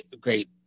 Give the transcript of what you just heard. great